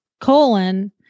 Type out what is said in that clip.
colon